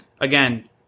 again